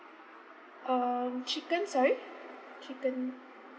um chicken sorry chicken